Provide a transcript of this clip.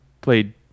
played